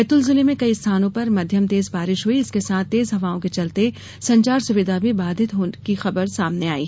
बैतूल जिले में कई स्थानों पर मध्यम तेज बारिश हुई इसके साथ तेज हवाओं के चलते संचार सुविधा भी बाधित होने की खबर सामने आयी